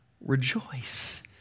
rejoice